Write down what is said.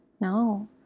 No